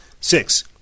Six